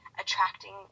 attracting